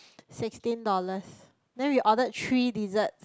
sixteen dollars then we ordered three desserts